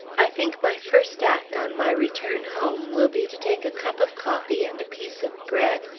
i think my first act on my return home will be to take a cup of coffee and a piece of bread,